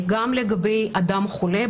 גם לגבי אדם חולה,